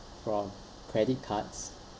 from credit cards